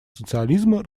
социализма